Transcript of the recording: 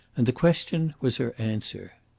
and the question was her answer.